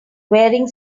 wearing